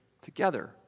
together